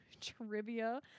trivia